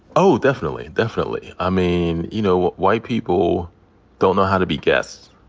oh, definitely. definitely. i mean, you know, white people don't know how to be guests.